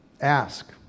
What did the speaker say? Ask